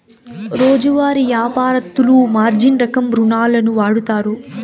రోజువారీ యాపారత్తులు మార్జిన్ రకం రుణాలును వాడుతారు